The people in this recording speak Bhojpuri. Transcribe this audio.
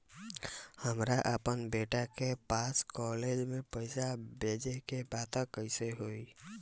हमरा अपना बेटा के पास कॉलेज में पइसा बेजे के बा त कइसे होई?